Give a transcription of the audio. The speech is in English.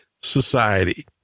society